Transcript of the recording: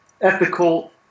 ethical